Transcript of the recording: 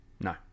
No